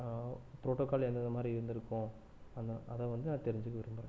protocol எந்தெந்த மாதிரி இருந்திருக்கும் அந்த அதை வந்து நான் தெரிஞ்சிக்க விரும்புகிறேன்